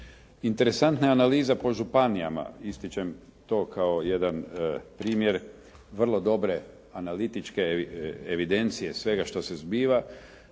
Interesantna je analiza po županijama, ističem to kao jedan primjer vrlo dobre analitičke evidencije svega što se zbiva.